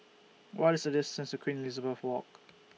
What IS The distance to Queen Elizabeth Walk